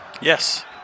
Yes